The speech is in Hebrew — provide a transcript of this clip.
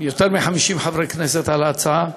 יותר מ-50 חברי כנסת על ההצעה,